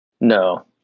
No